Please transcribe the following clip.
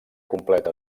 completa